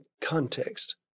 context